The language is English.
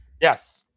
Yes